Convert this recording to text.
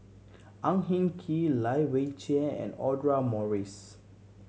Ang Hin Kee Lai Weijie and Audra Morrice